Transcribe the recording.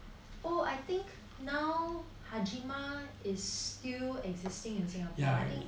oh I think now hajima is still existing in singapore I think